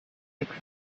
sudden